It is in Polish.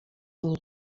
nie